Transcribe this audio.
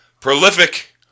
prolific